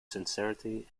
sincerity